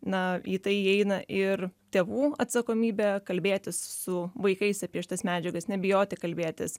na į tai įeina ir tėvų atsakomybė kalbėtis su vaikais apie šitas medžiagas nebijoti kalbėtis